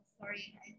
Sorry